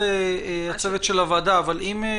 נכון להיום.